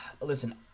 listen